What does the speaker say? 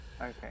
Okay